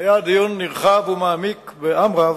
והיה דיון נרחב ומעמיק בעם רב,